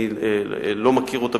אני לא מכיר אותה